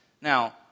Now